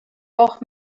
auch